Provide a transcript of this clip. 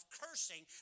cursing